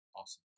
Awesome